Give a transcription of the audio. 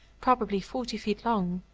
probably forty feet long,